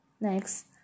Next